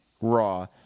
Raw